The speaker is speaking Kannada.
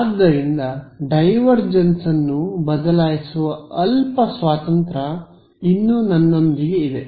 ಆದ್ದರಿಂದ ಡೈವರ್ಜೆನ್ಸ್ ಅನ್ನು ಬದಲಾಯಿಸುವ ಅಲ್ಪ ಸ್ವಾತಂತ್ರ್ಯ ಇನ್ನೂ ನನ್ನೊಂದಿಗೆ ಇದೆ